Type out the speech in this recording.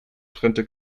trennte